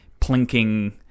plinking